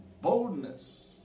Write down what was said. boldness